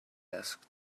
asked